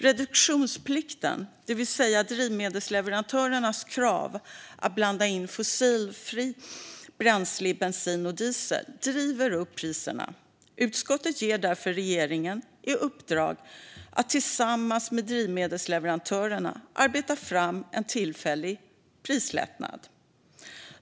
Reduktionsplikten, det vill säga kravet på drivmedelsleverantörerna att blanda in fossilfria bränslen i bensin och diesel, driver upp priserna stort. Utskottet ger därför regeringen i uppdrag att tillsammans med drivmedelsleverantörerna arbeta fram en tillfällig prislättnad.